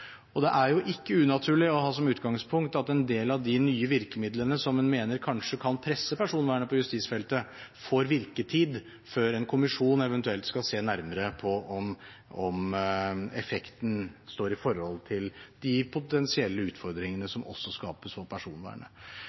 Det er ikke unaturlig å ha som utgangspunkt at en del av de nye virkemidlene som en mener kanskje kan presse personvernet på justisfeltet, får virketid før en kommisjon eventuelt skal se nærmere på om effekten står i forhold til de potensielle utfordringene som også skapes for personvernet.